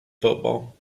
football